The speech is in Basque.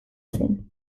zen